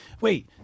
Wait